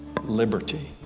Liberty